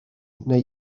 neu